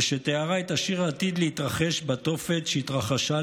שתיארה את אשר עתיד להתרחש בתופת שהתרחשה,